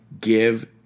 Give